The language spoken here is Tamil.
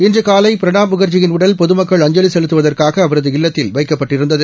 இன்று காலை பிரணாப் முக்ஜியின் உடல் பொதுமக்கள் அஞ்சலி செலுத்துவதற்காக அவரது இல்லத்தில் வைக்கப்பட்டிருந்தது